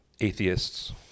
atheists